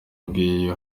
bweyeye